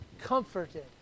comforted